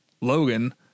Logan